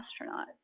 astronaut